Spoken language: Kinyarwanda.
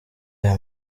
aya